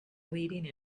leading